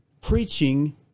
preaching